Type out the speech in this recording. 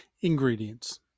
ingredients